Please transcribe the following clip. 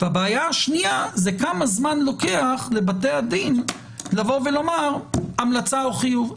והבעיה השנייה היא כמה זמן לוקח לבתי הדין לבוא ולומר המלצה או חיוב.